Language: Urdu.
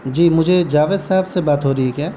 جی مجھے جاوید صاحب سے بات ہو رہی ہے کیا